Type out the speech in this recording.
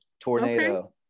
tornado